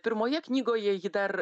pirmoje knygoje ji dar